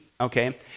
okay